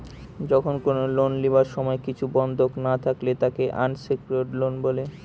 যখন কোনো লোন লিবার সময় কিছু বন্ধক না থাকলে তাকে আনসেক্যুরড লোন বলে